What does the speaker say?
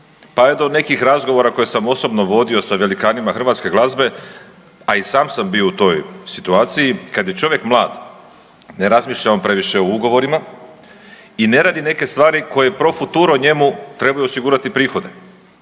pa je do nekih razgovora koje sam osobno vodio sa velikanima hrvatske glazbe, a i sam sam bio u toj situaciji, kad je čovjek mlad, ne razmišlja on previše o ugovorima i ne radi neke stvari koje pro futuro njemu trebaju osigurati prihode.